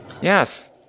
Yes